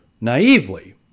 naively